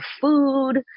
food